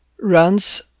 runs